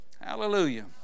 Hallelujah